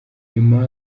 nyuma